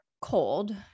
cold